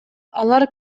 алар